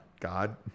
God